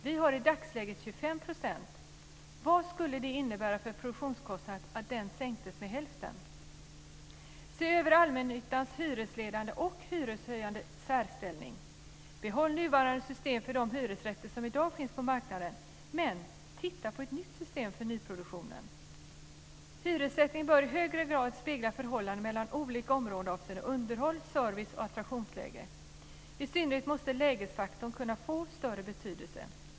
Vi har i dagsläget 25 % moms. Vad skulle det innebära för produktionskostnaden om den sänktes till hälften? · Se över allmännyttans hyresledande, och hyreshöjande, särställning. Behåll nuvarande system för de hyresrätter som i dag finns på marknaden, men titta på ett nytt system för nyproduktionen. Hyressättningen bör i högre grad spegla förhållanden mellan olika områden avseende underhåll, service och attraktionsläge. I synnerhet måste lägesfaktorn kunna få större betydelse.